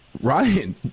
Ryan